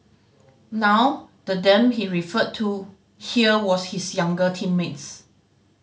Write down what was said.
now the them he referred to here was his younger teammates